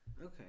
Okay